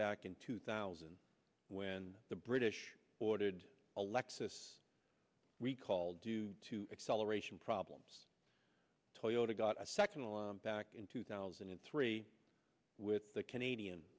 back in two thousand when the british ordered a lexus recall due to acceleration problems toyota got a sectional back in two thousand and three with the canadian